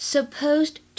Supposed